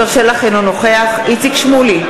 אינו נוכח איציק שמולי,